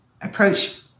Approach